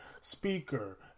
speaker